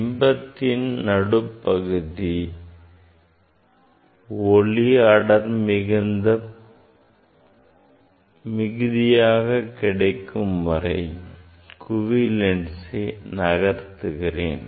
பிம்பத்தின் நடுப்பகுதி ஒளிஅடர் மிகுந்ததாக கிடைக்கும்வரை குவிலென்ஸ் நகர்த்துகிறேன்